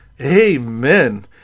amen